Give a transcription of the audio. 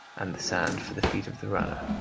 and the sand for the feet of the runner.